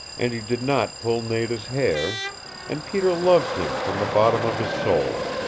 and he did not pull nada's hair and peter loved him from the bottom of his soul.